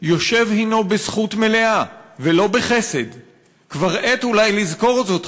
/ יושב הנו בזכות מלאה ולא בחסד / כבר עת אולי לזכור זאת,